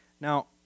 Now